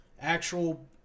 actual